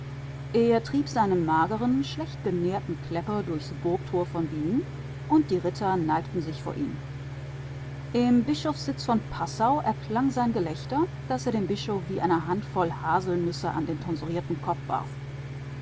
er trieb seinen mageren schlecht genährten klepper durchs burgtor von wien und die ritter neigten sich vor ihm im bischofssitz von passau erklang sein gelächter das er dem bischof wie eine handvoll haselnüsse an den tonsurierten kopf warf